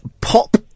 pop